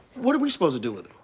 what are we supposed to do with him?